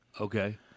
Okay